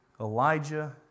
Elijah